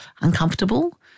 uncomfortable